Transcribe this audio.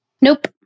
Nope